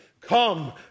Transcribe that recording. Come